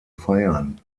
feiern